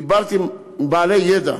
דיברתי עם בעלי ידע